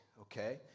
Okay